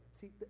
See